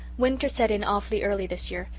winter set in awfully early this year.